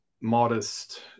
modest